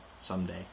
someday